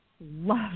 love